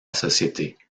société